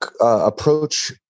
approach